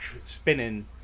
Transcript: spinning